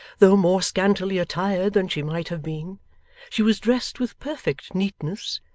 though more scantily attired than she might have been she was dressed with perfect neatness,